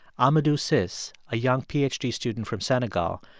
amadou cisse, a young ph d. student from senegal,